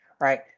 right